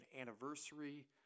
anniversary